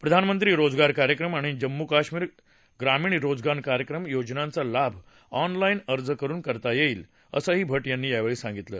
प्रधानमंत्री रोजगार कार्यक्रम आणि जम्मू कश्मीर ग्रामीण रोजगार कार्यक्रम योजनांचा लाभ ऑनलाईन अर्ज करून घेता येईल असंही भट यांनी यावेळी सांगितलं